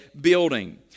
building